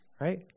right